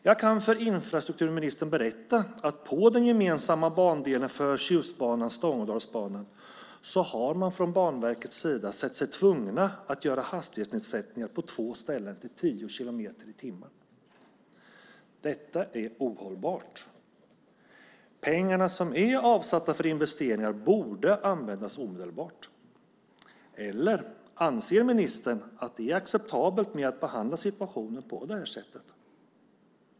Jag kan för infrastrukturministern berätta att på den gemensamma bandelen för Tjustbanan och Stångådalsbanan har man från Banverkets sida sett sig tvungen att göra hastighetsnedsättningar på två ställen till 10 kilometer i timmen. Detta är ohållbart. Pengarna som är avsatta för investeringar borde användas omedelbart. Eller anser ministern att det är acceptabelt att behandla situationen på detta sätt?